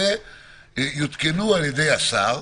יותקנו על ידי השר,